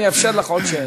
אני אאפשר לך עוד שאלה.